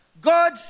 God